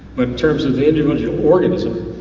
terms of the individual organism,